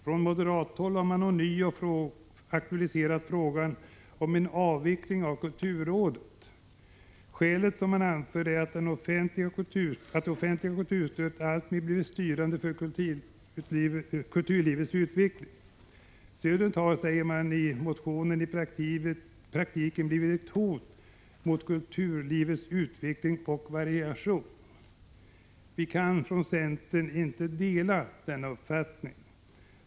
Från moderaternas håll har man ånyo aktualiserat frågan om en avveckling av kulturrådet. Det skäl som man anför är att det offentliga kulturstödet alltmer blivit styrande för kulturlivets utveckling. Stödet har, säger man i motionen, i praktiken blivit ett hot mot kulturlivets utveckling och variation. Centern kan inte dela denna uppfattning.